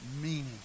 meaning